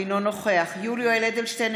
אינו נוכח יולי יואל אדלשטיין,